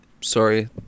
Sorry